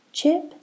Chip